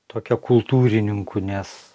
tokia kultūrininkų nes